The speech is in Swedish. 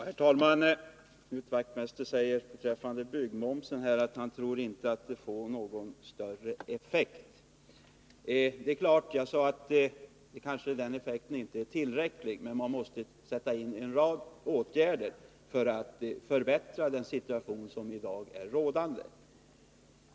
Herr talman! Knut Wachtmeister säger beträffande byggmomsen att han inte tror att den får någon större effekt. Jag sade att effekten kanske inte är tillräcklig, men man måste sätta in en rad åtgärder för att förbättra den situation som i dag råder.